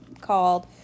called